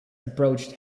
approached